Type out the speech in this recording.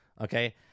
Okay